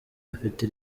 afite